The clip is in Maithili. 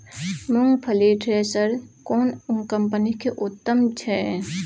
मूंगफली थ्रेसर केना कम्पनी के उत्तम छै?